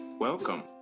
Welcome